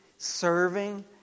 serving